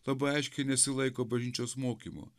labai aiškiai nesilaiko bažnyčios mokymo